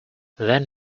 then